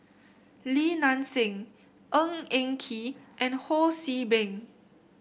Li Nanxing Ng Eng Kee and Ho See Beng